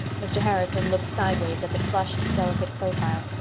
mr. harrison looked sidewise at the flushed, delicate profile.